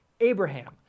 Abraham